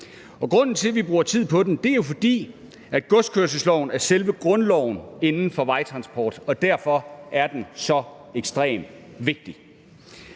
Grunden til, at vi bruger tid på den, er jo, at godskørselsloven er selve grundloven inden for vejtransport, og derfor er den så ekstremt vigtig.